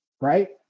right